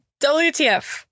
WTF